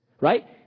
right